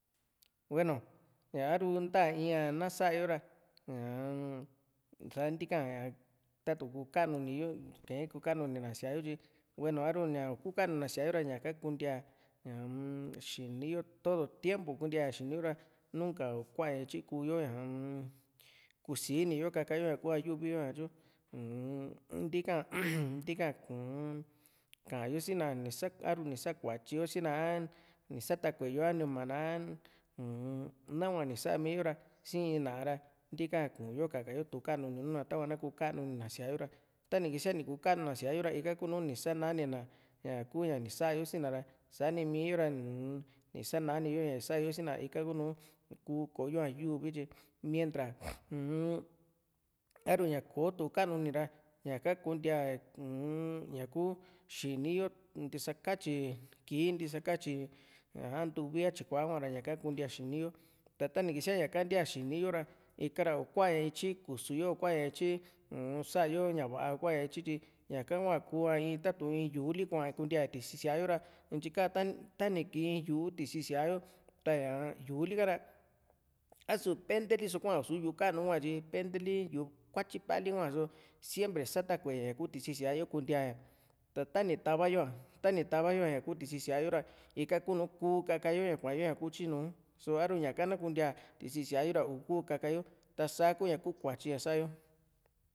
hueno a´ru nta ya in ná sá´a yo ra ñaa sa ntíka tatu´n ko kanuni yo ka´an yo ko kanunina síayoo tyi hueno a´ru u´kokanuni sía´yo ra ñaka kuntia ñaa-m xini yo todo tiempo kuntia xini yo ra nuna uu´kua ña ityi kk´yo ñaa kusini yo ka´ka yo ñaku ña yuvi yo tyo uu-m ntika uu-m ka´an yo si´na a´ru ni sa kuatyi yo si´na a ni sataku´e yo anima na uu-m nahua ni saa´mi yo ra sii in ná´a ra ntika kuyo kaka yo tukanuni na tava na kokanuni na síaayo ra tani kísia ni ku´kanuni na síayoo ra ika kuunu ni sanani na ñaku ña ni sa´a yo sina ra sa´ni mii yo ra u-n isanani yo ña nisayo sii na ika ku´nú ku koo´yo ña yuvi tyi mientra uu-n Aa´ruña kò´o tukanu ni ra ñaka kuntía uu-m ñaku xini yo ntisakatyi kii ntisakatyi a ntuvi a tyíkua hua ra ñaka kuntí a xini yo tata ni kísia ñaka ntia xini yo ra ika ra iku´a ña ityi kusu yo ikuaña ityi sa´yo ña va´a ikuaña iyti tyí ñaka hua ku´a tatu´n in yuu li kua´a kuntía tisi síaa yo ra intyi ka tani kii in yu´u tisi síaa yo ra ñaa yuuli ka´ra a´su penteli so kua su yuu kanu hua tyi penteli yuu kuatyi pali so kua siempre sa takue ña ña ku tisii síaa yo kuntia ña ta tani tava yo´a tani tava yo ña ku tisi síaa yo ra ika kunu kaka yo ña kua´yo tyi nuu a´ru ñaka na kuntía tisi sía yo ra ikuu kaka yo ta s´a kuu kuatyi ña sa´yo